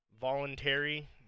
Voluntary